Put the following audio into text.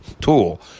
Tool